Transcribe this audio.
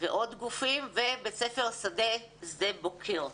ועוד גופים ובית ספר "שדה" שדה בוקר.